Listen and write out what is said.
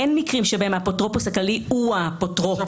אין מקרים שבהם האפוטרופוס הכללי הוא האפוטרופוס.